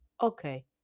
Okay